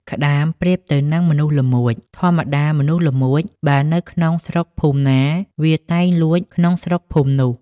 ក្ដាម ប្រៀបទៅនឹងមនុស្សល្មួច ធម្មតាមនុស្សល្មួច បើនៅក្នុងស្រុកភូមិណា វាតែងលួចក្នុងស្រុកភូមិនោះ ។